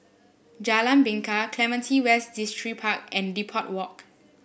Jalan Bingka Clementi West Distripark and Depot Walk